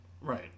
right